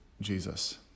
Jesus